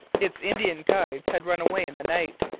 its indian guides had run away in the night,